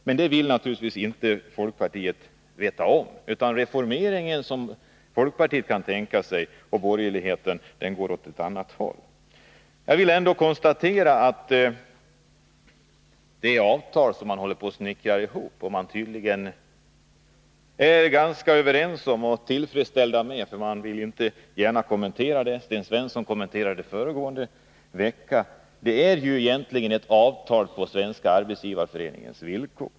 Men det vill naturligtvis inte folkpartiet veta av. Den enda reformering som folkpartiet och borgerligheten kan tänka sig går åt ett annat håll. Jag vill konstatera att det avtal som man håller på att snickra ihop och som man tydligen är ganska överens om och tillfredsställd med — för man vill inte gärna kommentera det; även om Sten Svensson kommenterade det föregående vecka — är ju egentligen ett avtal på Svenska arbetsgivareföreningens villkor.